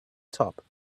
top